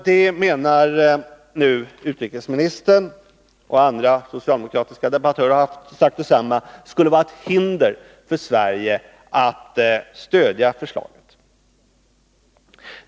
Nu menar utrikesministern — och andra socialdemokratiska debattörer har sagt detsamma — att detta skulle vara ett hinder för Sverige att stödja förslaget.